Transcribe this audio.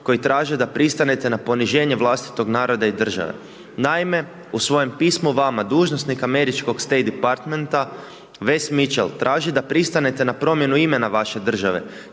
koji traže da pristanete na poniženje vlastitog naroda i države. Naime u svojem pismu vama dužnosnika Američkog State Departmenta Wess Mitchell traži da pristanete na promjenu imena vaše države